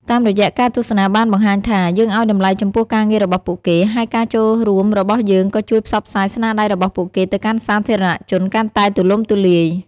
តាមរយៈការទស្សនាបានបង្ហាញថា យើងឲ្យតម្លៃចំពោះការងាររបស់ពួកគេ ហើយការចូលរួមរបស់យើងក៏ជួយផ្សព្វផ្សាយស្នាដៃរបស់ពួកគេទៅកាន់សាធារណជនកាន់តែទូលំទូលាយ។